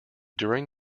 during